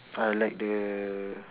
ah I like the